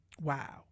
Wow